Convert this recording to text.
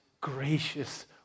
gracious